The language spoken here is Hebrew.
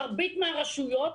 מרבית מהרשויות